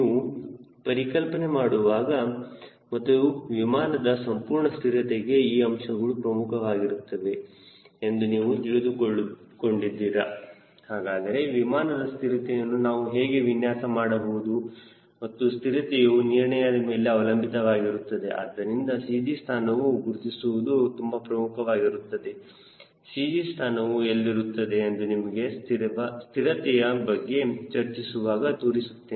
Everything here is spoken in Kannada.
ನೀವು ಪರಿಕಲ್ಪನೆ ಮಾಡುವಾಗ ಮತ್ತು ವಿಮಾನದ ಸಂಪೂರ್ಣ ಸ್ಥಿರತೆಗೆ ಈ ಅಂಶಗಳು ಪ್ರಮುಖವಾಗಿರುತ್ತದೆ ಎಂದು ನೀವು ತಿಳಿದುಕೊಂಡಿದ್ದೀರಾ ಹಾಗಾದರೆ ವಿಮಾನದ ಸ್ಥಿರತೆಯನ್ನು ನಾವು ಹೇಗೆ ವಿನ್ಯಾಸ ಮಾಡಬಹುದು ಮತ್ತು ಸ್ಥಿರತೆಯು ನಿಯಂತ್ರಣದ ಮೇಲೆ ಅವಲಂಬಿತವಾಗಿರುತ್ತದೆ ಆದ್ದರಿಂದ CG ಸ್ಥಾನವು ಗುರುತಿಸುವುದು ತುಂಬಾ ಪ್ರಮುಖವಾಗಿರುತ್ತದೆ CG ಸ್ಥಾನವು ಎಲ್ಲಿರುತ್ತದೆ ಎಂದು ನಿಮಗೆ ಸ್ಥಿರತೆಯ ಬಗ್ಗೆ ಚರ್ಚಿಸುವಾಗ ತೋರಿಸುತ್ತೇನೆ